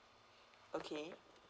okay